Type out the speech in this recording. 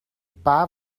paar